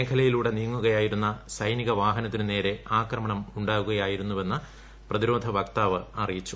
മേഖലയിലൂടെ നീങ്ങുകയായിരുന്ന സൈനിക വാഹനത്തിനുനേരെ ആക്രമണം ഉണ്ടാകുകയായിരുന്നുവെന്ന് പ്രതിരോധ വക്താവ് അറിയിച്ചു